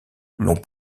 l’ont